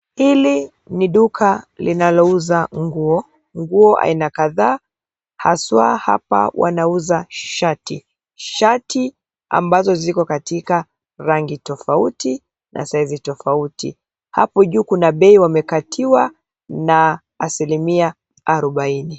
Hili ni duka linalouza nguo, nguo aina kadhaa hasa hapa wanauza shati. Shati ambazo ziko katika rangi tofauti na size tofauti. Hapo juu kuna bei wamekatiwa na asilimia arobaini.